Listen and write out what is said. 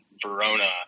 Verona